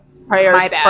Prayers